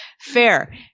Fair